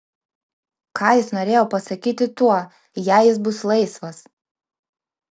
ką jis norėjo pasakyti tuo jei jis bus laisvas